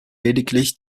lediglich